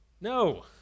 No